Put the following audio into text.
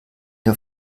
der